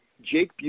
Jake